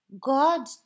God